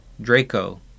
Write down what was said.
Draco